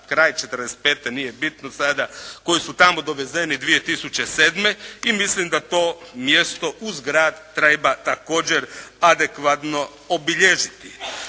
kraj 45. nije bitno sada, koji su tamo dovezeni 2007. i mislim da to mjesto uz grad treba također adekvatno obilježiti.